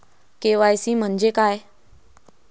KYC म्हंजे काय?